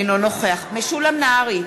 אינו נוכח משולם נהרי,